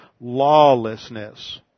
lawlessness